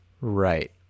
right